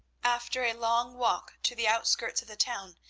after a long walk to the outskirts of the town,